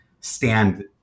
stand